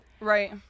Right